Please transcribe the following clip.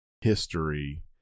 history